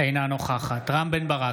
אינה נוכחת רם בן ברק,